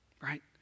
right